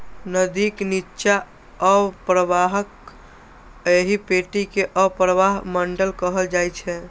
नदीक निच्चा अवप्रवाहक एहि पेटी कें अवप्रवाह मंडल कहल जाइ छै